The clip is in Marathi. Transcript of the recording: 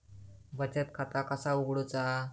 बचत खाता कसा उघडूचा?